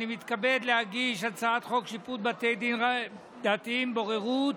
אני מתכבד להגיש הצעת חוק שיפוט בתי דין דתיים (בוררות).